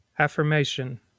Affirmation